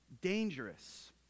dangerous